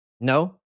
No